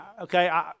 Okay